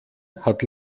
hat